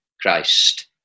Christ